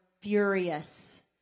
furious